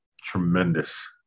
tremendous